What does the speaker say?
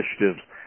initiatives